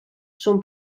són